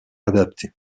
adaptés